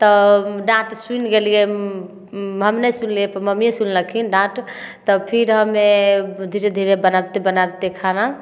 तब डाँट सुनि गेलियै हम नहि सुनलियै तऽ मम्मीए सुनलखिन डाँट तऽ फिर हम्मे धीरे धीरे बनाबते बनाबते खाना